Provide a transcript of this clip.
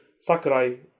Sakurai